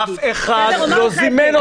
אף אחד לא זימן אותי.